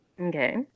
Okay